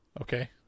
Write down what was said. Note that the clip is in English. Okay